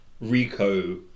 Rico